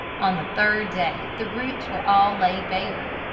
on the third day the roots were all laid bare.